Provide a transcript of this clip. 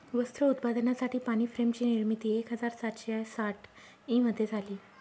वस्त्र उत्पादनासाठी पाणी फ्रेम ची निर्मिती एक हजार सातशे साठ ई मध्ये झाली